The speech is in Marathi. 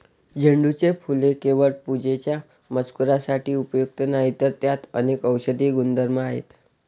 झेंडूचे फूल केवळ पूजेच्या मजकुरासाठी उपयुक्त नाही, तर त्यात अनेक औषधी गुणधर्म आहेत